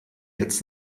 jetzt